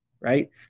right